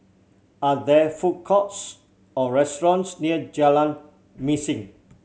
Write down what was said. are there food courts or restaurants near Jalan Mesin